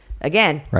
Again